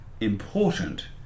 important